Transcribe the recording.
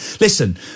listen